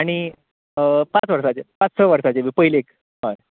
आनी पांच वर्साचें पांच स वर्साचें बी पयलेक हय